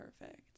perfect